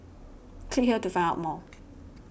click here to find out more